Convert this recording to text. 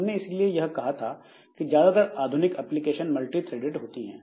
हमने इसीलिए यह कहा था कि ज्यादातर आधुनिक एप्लीकेशन मल्टीथ्रेडेड होती है